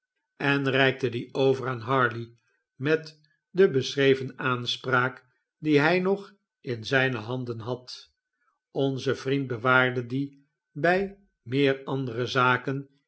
en reikte die over aan harley met de geschreven aanspraak die hij nog in zynehandenhad onze vriend bewaarde die bij meer andere zaken